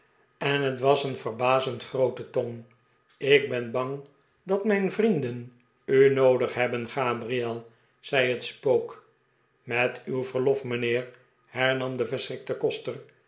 en het was een verbazend groote tong ik ben bang dat mijn vrienden u noodig hebben gabriel zei het spook met uw verlof mijnheer hernam de verschrikte koster